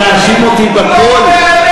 שיאשים אותי בכול,